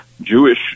Jewish